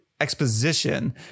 exposition